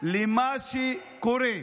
למה שקורה.